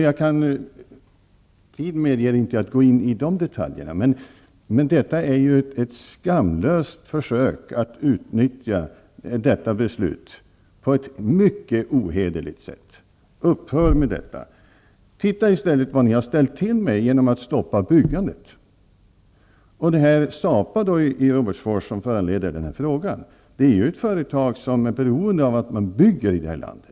Tiden medger inte att jag går in på detaljer, men jag vill ändå säga att det här är ett skamlöst försök att utnyttja det beslutet på ett mycket ohederligt sätt. Upphör med det! Titta i stället på vad ni har ställt till med genom att stoppa byggandet! SAPA i Robertsfors, som föranledde frågan, är ett företag som är beroende av att man bygger här i landet.